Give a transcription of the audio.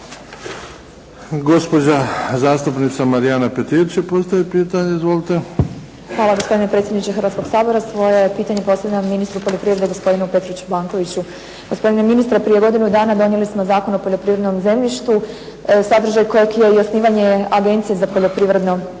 Gospodine ministre, prije godinu dana donijeli smo Zakon o poljoprivrednom zemljištu, sadržaj kojeg je i osnivanje Agencije za poljoprivredno zemljište.